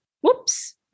whoops